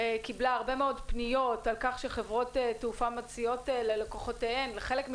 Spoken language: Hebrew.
קיבלה הרבה מאוד פניות על כך שחברות תעופה מציעות ללקוחותיהן או לחלקם